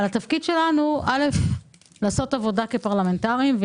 אבל התפקיד שלנו לעשות עבודה כפרלמנטרים,